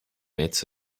limits